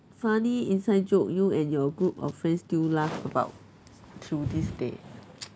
funny inside joke you and your group of friends still laugh about to this day